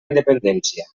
independència